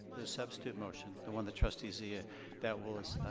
the substitute motion, the one that trustee zia that will.